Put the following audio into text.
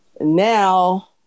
Now